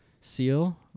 Seal